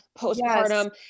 postpartum